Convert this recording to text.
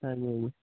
ਹਾਂਜੀ ਹਾਂਜੀ